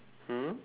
mm